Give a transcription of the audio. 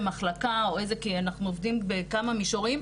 מחלקה כי אנחנו עובדים בכמה מישורים,